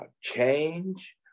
change